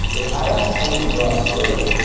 if i ask someone to fill out a survey,